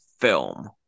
film